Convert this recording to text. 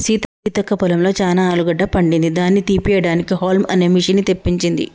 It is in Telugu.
సీతక్క పొలంలో చానా ఆలుగడ్డ పండింది దాని తీపియడానికి హౌల్మ్ అనే మిషిన్ని తెప్పించింది